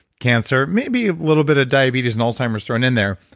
cancer, maybe a little bit of diabetes and alzheimer's thrown in there,